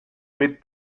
mit